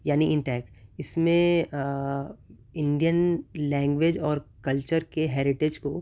یعنی انٹیک اس میں انڈین لینگویج اور کلچر کے ہیریٹیج کو